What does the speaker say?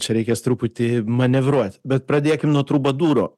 čia reikės truputį manevruot bet pradėkim nuo trubadūro